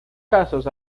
casos